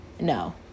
No